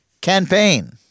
campaign